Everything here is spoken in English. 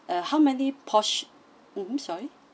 uh how many por~ mm sorry